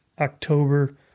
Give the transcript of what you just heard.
October